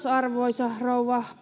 arvoisa rouva